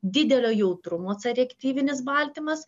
didelio jautrumo c reaktyvinis baltymas